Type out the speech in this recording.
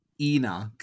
Enoch